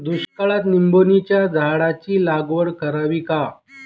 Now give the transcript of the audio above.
दुष्काळात निंबोणीच्या झाडाची लागवड करावी का?